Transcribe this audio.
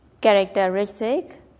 characteristic